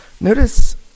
notice